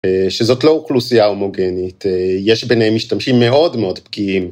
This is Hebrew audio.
שזאת לא אוכלוסייה הומוגנית, יש ביניהם משתמשים מאוד מאוד פגיעים.